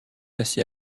assez